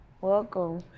welcome